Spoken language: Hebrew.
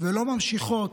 ולא ממשיכות,